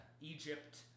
Egypt